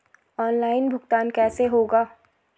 Online भुगतान कैसे होगा?